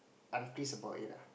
I'm pissed about it ah